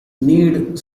need